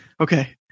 Okay